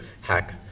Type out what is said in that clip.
hack